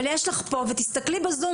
אבל תסתכלי בזום,